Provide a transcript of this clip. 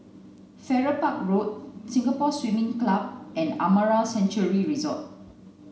Farrer Park Road Singapore Swimming Club and Amara Sanctuary Resort